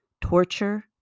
torture